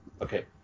Okay